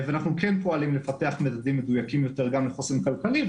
ואנחנו כן פועלים לפתח מדדים מדויקים יותר גם לחוסן כלכלי.